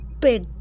big